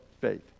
faith